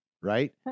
right